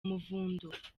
umuvundo